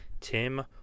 Tim